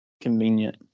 Convenient